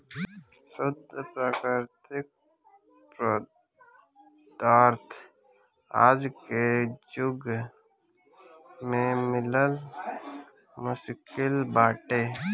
शुद्ध प्राकृतिक पदार्थ आज के जुग में मिलल मुश्किल बाटे